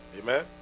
amen